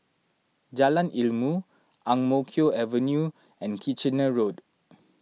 Jalan Ilmu Ang Mo Kio Avenue and Kitchener Road